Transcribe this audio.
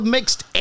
Mixed